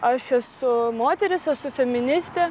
aš esu moteris esu feministė